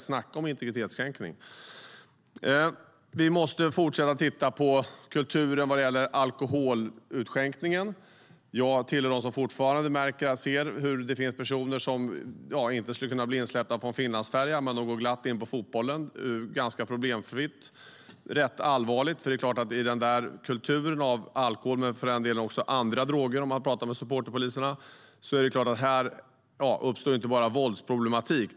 Snacka om integritetskränkning! Vi måste fortsätta att titta på kulturen vad gäller alkoholutskänkningen. Jag tillhör dem som fortfarande ser hur personer som inte skulle bli insläppta på en Finlandsfärja glatt går in på en fotbollsmatch ganska problemfritt. Det är rätt allvarligt, för i kulturen av alkohol, och för den delen också andra droger enligt supporterpoliserna, uppstår inte bara våldsproblematik.